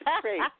great